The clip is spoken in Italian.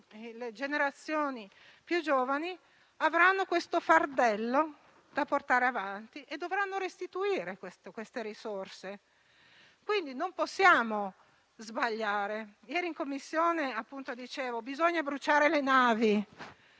le generazioni più giovani, avranno questo fardello da portare avanti e dovranno restituire queste risorse, quindi non possiamo sbagliare. Ieri in Commissione dicevo che bisogna bruciare le navi,